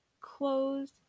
clothes